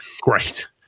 great